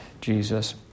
Jesus